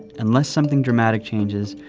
unless something dramatic changes,